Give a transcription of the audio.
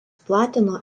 platino